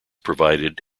provided